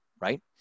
right